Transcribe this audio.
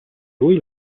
lui